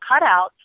cutouts